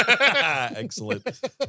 Excellent